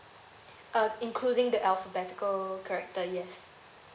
uh including the alphabetical character yes